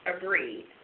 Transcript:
Agreed